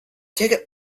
ticket